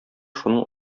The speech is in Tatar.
шуның